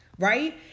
Right